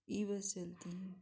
e-bus चलती हैं